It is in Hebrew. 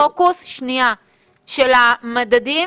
אני חושבת שבמשפט שאמרת,